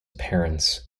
parents